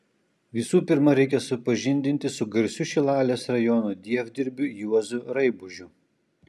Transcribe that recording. visų pirma reikia supažindinti su garsiu šilalės rajono dievdirbiu juozu raibužiu